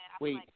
wait